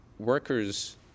workers